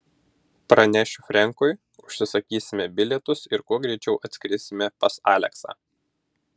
pranešiu frenkui užsisakysime bilietus ir kuo greičiau atskrisime pas aleksą